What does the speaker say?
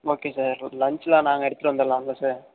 okay sir லன்ச்லாம் நாங்கள் எடுத்து வந்துடுலால சார்